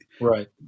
Right